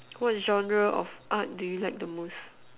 what genre of art do you like the most